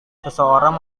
seseorang